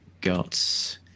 got